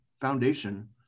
foundation